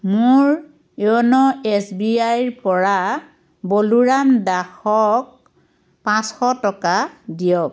মোৰ YONO S B আইৰ পৰা বলোৰাম দাসক পাঁচশ টকা দিয়ক